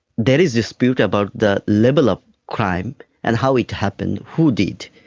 there is dispute about the level of crime and how it happened, who did it.